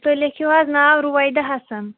تُہۍ لیٖکھِو حظ ناو رُویدا حَسَن